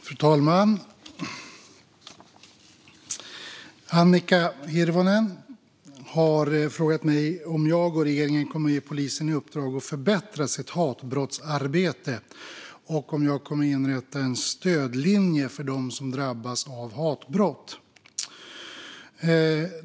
Fru talman! har frågat mig om jag och regeringen kommer att ge polisen i uppdrag att förbättra sitt hatbrottsarbete och om jag kommer att inrätta en stödlinje för dem som drabbas av hatbrott.